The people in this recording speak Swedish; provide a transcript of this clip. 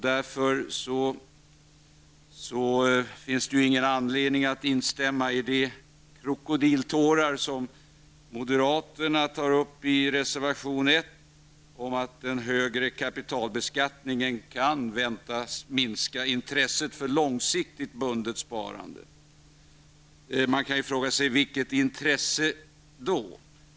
Därför finns det ingen anledning att instämma med de krokodiltårar som moderaterna fäller i reservation 1. Den handlar om att den högre kapitalbeskattningen kan väntas minska intresset för långsiktigt bundet sparande. Man kan fråga sig: Vilket intresse då?